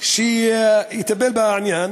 שיטפל בעניין.